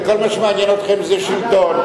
וכל מה שמעניין אתכם זה שלטון.